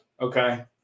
Okay